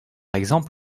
exemple